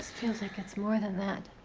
feels like it's more than that.